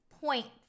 point